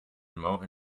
remote